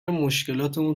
مشکلاتمون